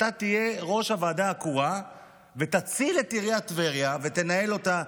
אתה תהיה ראש הוועדה הקרואה ותציל את עיריית טבריה ותנהל אותה,